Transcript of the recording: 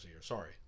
Sorry